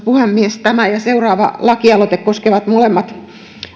puhemies tämä ja seuraava lakialoite koskevat molemmat